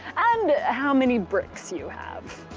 and how many bricks you have.